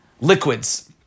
liquids